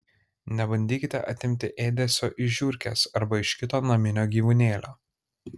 nebandykite atimti ėdesio iš žiurkės arba iš kito naminio gyvūnėlio